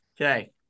Okay